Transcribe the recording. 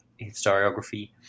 historiography